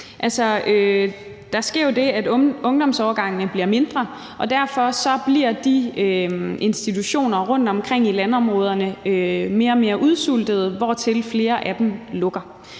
Der sker jo det, at ungdomsårgangene bliver mindre, og derfor bliver institutionerne rundtomkring i landområderne mere og mere udsultet, hvortil kommer, at flere af dem lukker.